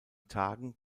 tagen